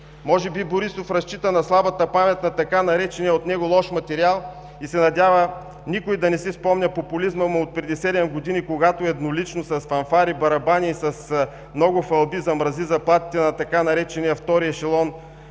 Може би Борисов разчита на слабата памет на така наречения от него „лош материал“ и се надява никой да не си спомня популизма му отпреди 7 години, когато еднолично, с фанфари, барабани и с много хвалби замрази заплатите на така наречения „втори ешелон“